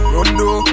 Rondo